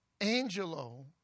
Angelo